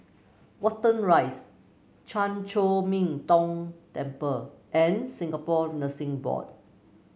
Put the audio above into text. Watten Rise Chan Chor Min Tong Temple and Singapore Nursing Board